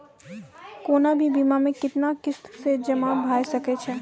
कोनो भी बीमा के कितना किस्त मे जमा भाय सके छै?